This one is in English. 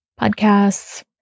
podcasts